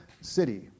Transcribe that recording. city